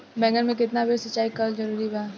बैगन में केतना बेर सिचाई करल जरूरी बा?